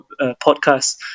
podcast